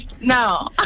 No